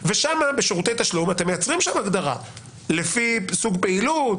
בשירותי תשלום אתם מייצרים הגדרה לפי סוג פעילות.